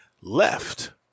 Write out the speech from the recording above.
left